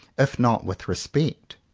if not with respect.